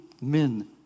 men